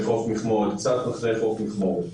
קצת אחרי חוף מכמורת.